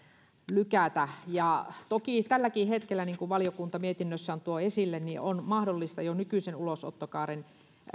lykätä toki tälläkin hetkellä niin kuin valiokunta mietinnössään tuo esille on mahdollista jo nykyisen ulosottokaaren